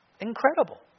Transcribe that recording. Incredible